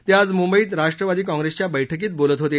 ते आज मुंबईत राष्ट्रवादी कॉंप्रेसच्या बैठकीत बोलत होते